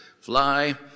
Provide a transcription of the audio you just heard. fly